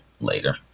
later